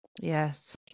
yes